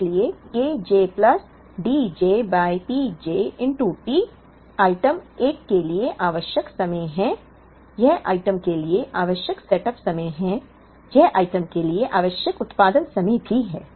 इसलिए Kj plus Dj by Pj T item 1 के लिए आवश्यक समय है यह आइटम के लिए आवश्यक सेटअप समय है यह आइटम के लिए आवश्यक उत्पादन समय है